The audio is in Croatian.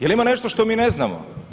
Je li ima nešto što mi ne znamo?